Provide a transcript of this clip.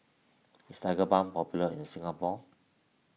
is Tigerbalm popular in Singapore